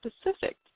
specific